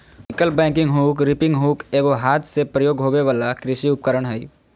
sickle bagging hook, reaping hook एगो हाथ से प्रयोग होबे वला कृषि उपकरण हइ